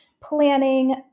planning